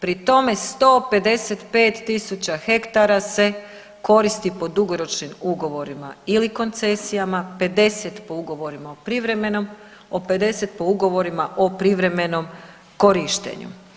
Pri tome 155.000 hektara se koristi po dugoročnim ugovorima ili koncesijama, 50 po ugovorima o privremenom, o 50 po ugovorima o privremenom korištenju.